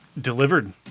Delivered